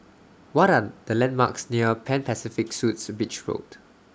What Are The landmarks near Pan Pacific Suites Beach Road